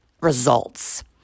results